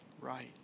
right